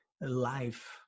life